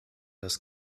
das